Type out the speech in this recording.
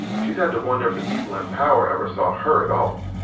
she's had to wonder if the people in power ever saw her at all